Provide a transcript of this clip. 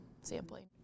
sampling